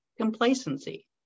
Complacency